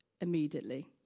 immediately